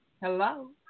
hello